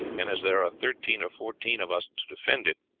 and as there are thirteen or fourteen of us to defend it,